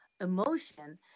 emotion